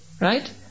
right